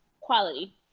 quality